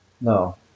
No